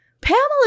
Pamela